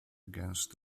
against